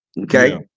Okay